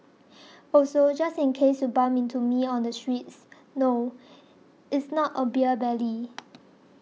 also just in case you bump into me on the streets no it's not a beer belly